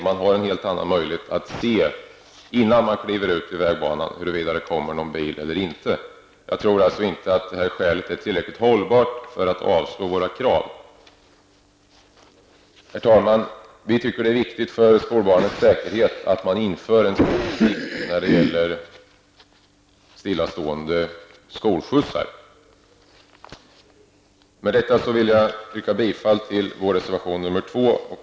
Man har en helt annan möjlighet att se om det kommer någon bil eller inte, innan man kliver ut i vägbanan. Jag tror alltså inte att det anförda skälet är tillräckligt hållbart för att man med hänvisning till det skall kunna avfärda våra krav. Herr talman! Vi tycker att det är viktigt för skolbarnens säkerhet att införa en stopplikt i anslutning till stillastående skolskjutsar. Med detta vill jag yrka bifall till vår reservation nr 2.